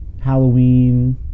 Halloween